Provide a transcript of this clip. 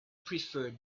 preferred